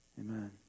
Amen